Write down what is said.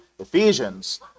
Ephesians